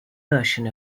version